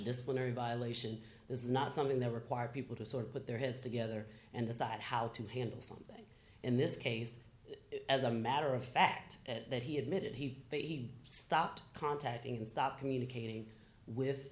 disciplinary violation this is not something that requires people to sort of put their heads together and decide how to handle something in this case as a matter of fact that he admitted he he stopped contacting and stopped communicating with